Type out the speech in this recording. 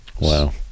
Wow